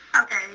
Okay